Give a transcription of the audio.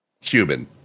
Human